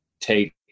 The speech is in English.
take